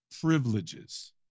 privileges